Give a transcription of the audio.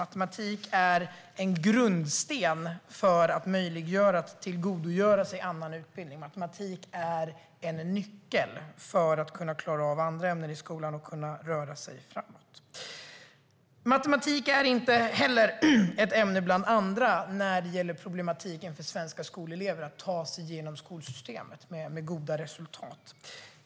Matematik är en grundsten för att tillgodogöra sig annan utbildning. Matematik är en nyckel för att klara av andra ämnen i skolan och för att kunna utvecklas. Matematik är inte heller ett ämne bland andra när det gäller problematiken för svenska skolelever att ta sig igenom skolsystemet med goda resultat.